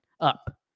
up